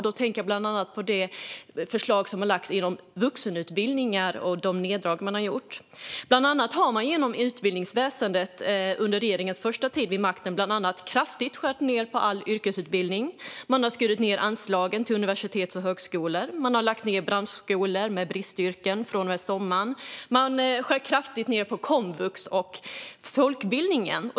Jag tänker bland annat på det förslag som har lagts fram inom vuxenutbildningar och de neddragningar man har gjort. Bland annat har regeringen under sin första tid vid makten kraftigt skurit ned på all yrkesutbildning inom utbildningsväsendet. Man har skurit ned anslagen till universitet och högskolor. Man lägger ned branschskolor för bristyrken från och med sommaren. Man skär kraftigt ned på komvux och folkbildningen.